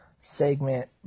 segment